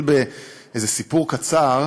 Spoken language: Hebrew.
העבודה,